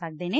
ਸਕਦੇ ਨੇ